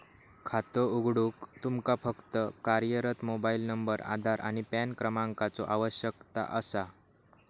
खातो उघडूक तुमका फक्त कार्यरत मोबाइल नंबर, आधार आणि पॅन क्रमांकाचो आवश्यकता असा